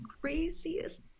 craziest